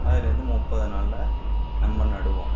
அதுலேருந்து முப்பது நாளில் நம்ப நடுவோம்